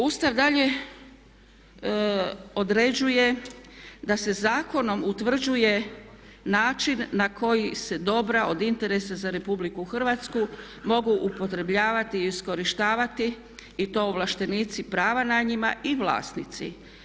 Ustav dalje određuje da se zakonom utvrđuje način na koji se dobra od interesa za RH mogu upotrebljavati i iskorištavati i to ovlaštenici prava na njima i vlasnici.